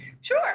Sure